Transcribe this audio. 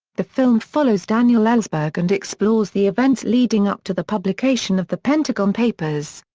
the film follows daniel ellsberg and explores the events leading up to the publication of the pentagon papers.